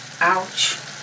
Ouch